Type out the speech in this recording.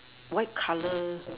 white color